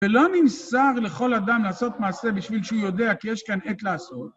ולא נמסר לכל אדם לעשות מעשה בשביל שהוא יודע כי יש כאן עת לעשות.